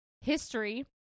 History